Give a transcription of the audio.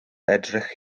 edrych